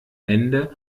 ende